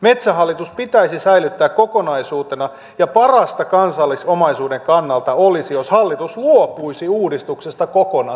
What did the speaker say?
metsähallitus pitäisi säilyttää kokonaisuutena ja parasta kansallisomaisuuden kannalta olisi jos hallitus luopuisi uudistuksesta kokonaan